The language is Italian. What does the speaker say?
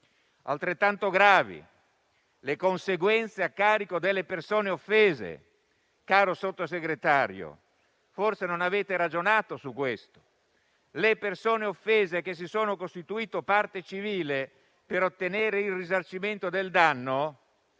Altrettanto gravi sono le conseguenze a carico delle persone offese. Sottosegretario, forse non avete ragionato su questo: le persone offese che si sono costituite parte civile per ottenere il risarcimento del danno,